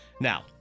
now